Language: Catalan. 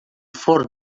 forn